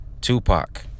Tupac